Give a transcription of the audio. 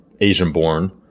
Asian-born